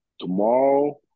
tomorrow